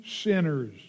sinners